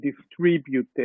distributed